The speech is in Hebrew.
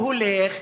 הוא הולך,